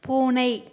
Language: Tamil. பூனை